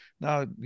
now